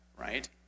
right